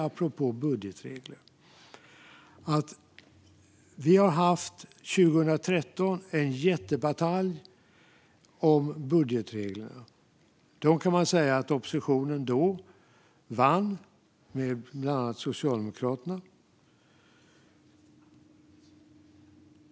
Apropå budgetregler hade vi 2013 en jättebatalj om budgetreglerna. Man kan säga att oppositionen då vann med bland annat Socialdemokraterna.